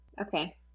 Okay